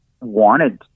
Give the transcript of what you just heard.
wanted